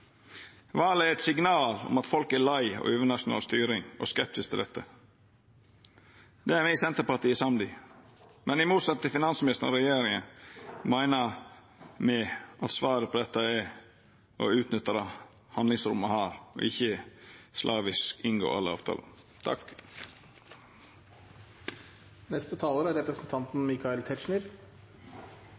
valet var eit signal om at folk er lei overnasjonal styring og skeptiske til dette. Det er me i Senterpartiet samde i, men i motsetning til finansministeren og regjeringa meiner me at svaret på dette er å utnytta det handlingsrommet me har, ikkje slavisk inngå alle avtalar. To poeng til representanten